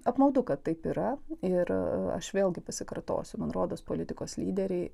apmaudu kad taip yra ir aš vėlgi pasikartosiu man rodos politikos lyderiai